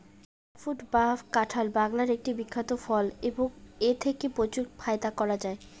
jackfruit বা কাঁঠাল বাংলার একটি বিখ্যাত ফল এবং এথেকে প্রচুর ফায়দা করা য়ায়